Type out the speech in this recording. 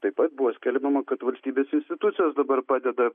taip pat buvo skelbiama kad valstybės institucijos dabar padeda